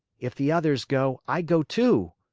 if the others go, i go, too,